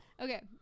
Okay